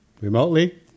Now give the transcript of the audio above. remotely